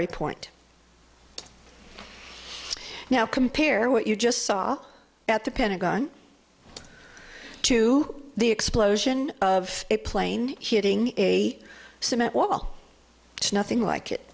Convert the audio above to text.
point now compare what you just saw at the pentagon to the explosion of a plane hitting a cement wall nothing like it